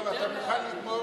אתה מוכן לגמור,